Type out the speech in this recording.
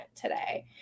today